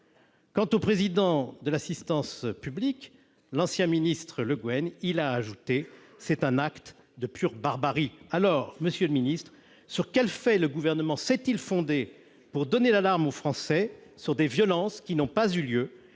Quant au président de l'Assistance publique-Hôpitaux de Paris, l'ancien ministre Le Guen, il a ajouté :« C'est un acte de pure barbarie. » Alors, monsieur le ministre, sur quels faits le Gouvernement s'est-il fondé pour donner l'alarme aux Français sur des violences qui n'ont pas eu lieu ?